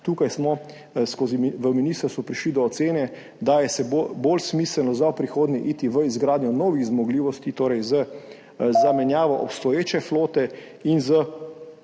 Tukaj smo na ministrstvu prišli do ocene, da je bolj smiselno v prihodnje iti v izgradnjo novih zmogljivosti, torej z zamenjavo obstoječe flote in s